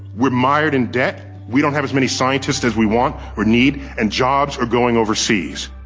we're mired in debt. we don't have as many scientists as we want or need. and jobs are going overseas.